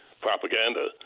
propaganda